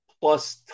plus